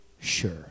sure